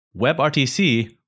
WebRTC